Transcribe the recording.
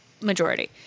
majority